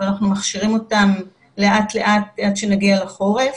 אבל אנחנו מכשירים אותם לאט לאט עד שנגיע לחורף.